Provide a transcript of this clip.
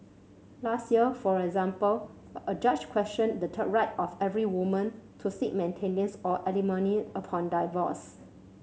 last year for example a judge questioned the right of every woman to seek maintenance or alimony upon divorce